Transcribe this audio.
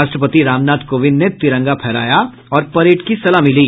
राष्ट्रपति रामनाथ कोविन्द ने तिरंगा फहराया और परेड की सलामी ली